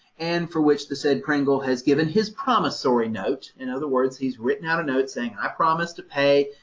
and for which the said pringle has given his promissory note. in other words, he's written out a note, saying i promise to pay,